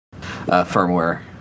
firmware